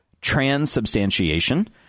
transubstantiation